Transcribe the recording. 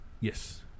Yes